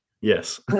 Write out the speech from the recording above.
Yes